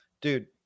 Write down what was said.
dude